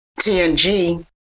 TNG